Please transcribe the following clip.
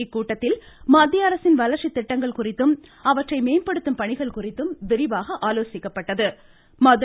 இக்கூட்டத்தில் மத்திய அரசின் வளர்ச்சி திட்டங்கள் குறித்தும் அவற்றை மேம்படுத்தும் பணிகள் குறித்தும் விரிவாக ஆலோசிக்கப்பட்டது